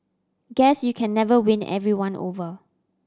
guess you can never win everyone over